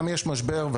יש משבר.